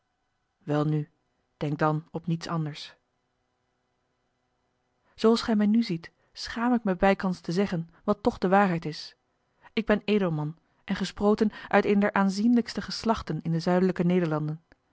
welnu denk dan op niets anders zooals gij mij nu ziet schaam ik mij bijkans te zeggen wat toch de waarheid is ik ben edelman en gesproten uit een der aanzienlijkste geslachten in de zuidelijke nederlanden